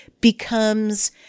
becomes